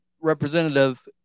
representative